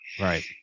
Right